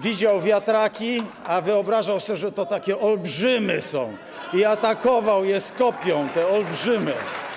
widział wiatraki, a wyobrażał sobie, że to takie olbrzymy są, i atakował z kopią te olbrzymy.